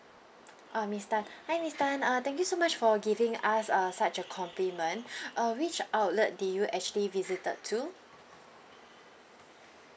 ah miss tan hi miss tan uh thank you so much for giving us uh such a compliment uh which outlet did you actually visited to